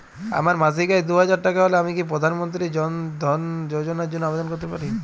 আমার মাসিক আয় দুহাজার টাকা হলে আমি কি প্রধান মন্ত্রী জন ধন যোজনার জন্য আবেদন করতে পারি?